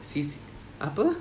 C_C apa